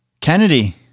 Kennedy